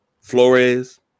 Flores